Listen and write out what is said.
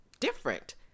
different